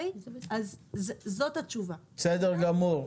בסדר גמור.